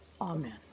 Amen